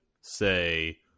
say